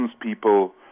people